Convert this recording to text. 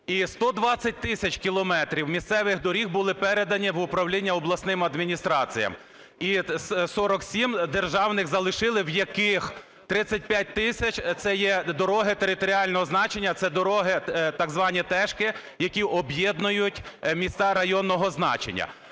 120 тисяч кілометрів місцевих доріг були передані в управління обласним адміністраціям. І 47 державних залишили, в яких 35 тисяч – це є дороги територіального значення, це дороги так звані "тешки", які об'єднують міста районного значення.